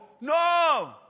No